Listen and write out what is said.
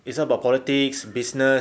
it's all about politics business